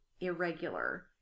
irregular